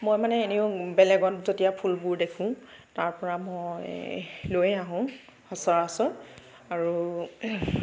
মই মানে এনেও বেলেগত যেতিয়া ফুলবোৰ দেখো তাৰপৰা মই লৈ আহোঁ সচৰাচৰ আৰু